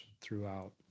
throughout